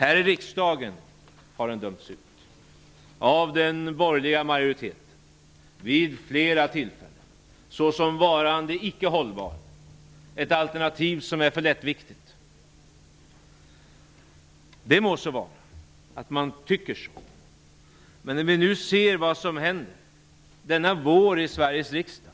Här i riksdagen har däremot vår politik vid flera tillfällen dömts ut av den borgerliga majoriteten, såsom varande icke hållbar, ett alternativ som är för lättviktigt. Det må så vara att man tycker så, men när vi nu ser vad som händer denna vår i Sveriges riksdag,